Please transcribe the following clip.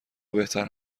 بهتر